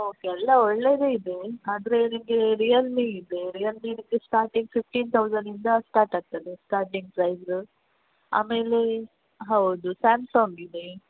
okay ಎಲ್ಲ ಒಳ್ಳೇದೆ ಇದೆ ಆದರೆ ನಿಮಗೆ ರಿಯಲ್ಮಿ ಇದೆ ರಿಯಲ್ಮಿದಕ್ಕೆ ಸ್ಟಾರ್ಟಿಂಗ್ ಫಿಫ್ಟೀನ್ ತೌಸಂಡಿಂದ ಸ್ಟಾರ್ಟ್ ಆಗ್ತದೆ ಸ್ಟಾರ್ಟಿಂಗ್ ಪ್ರೈಜು ಆಮೇಲೆ ಹೌದು ಸ್ಯಾಮ್ಸಾಂಗ್ ಇದೆ